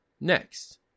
Next